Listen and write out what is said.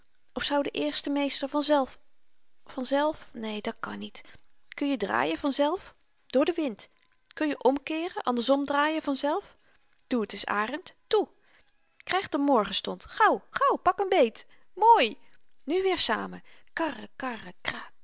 of zou de eerste meester vanzelf vanzelf neen dat kan niet kunje draaien vanzelf door den wind kunje omkeeren andersom draaien vanzelf doe t eens arend toe kryg de morgenstond gauw gauw pak m beet mooi nu weer samen karre karre